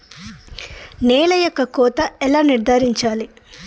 నేల యొక్క కోత ఎలా నిర్ధారించాలి?